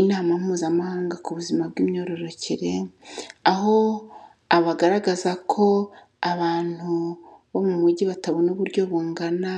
Inama mpuzamahanga ku buzima bw'imimyororokere, aho abagaragaza ko abantu bo mu mujyi batabona uburyo bungana